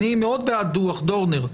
אני מאוד בעד דוח דורנר.